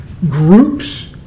groups